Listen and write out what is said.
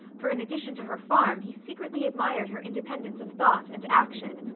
for in addition to her farm he secretly admired her independence of thought and action,